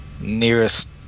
nearest